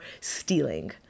stealing